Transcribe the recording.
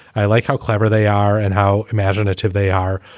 i like how clever they are and how imaginative they are.